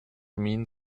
mean